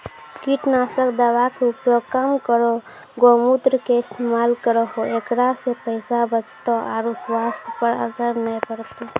कीटनासक दवा के उपयोग कम करौं गौमूत्र के इस्तेमाल करहो ऐकरा से पैसा बचतौ आरु स्वाथ्य पर असर नैय परतौ?